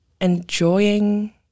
enjoying